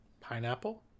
Pineapple